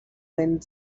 wind